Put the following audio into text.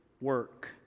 work